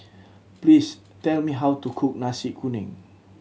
please tell me how to cook Nasi Kuning